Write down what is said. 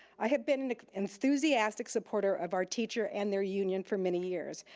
i have been an enthusiastic supporter of our teacher and their union for many years.